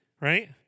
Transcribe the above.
right